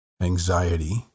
anxiety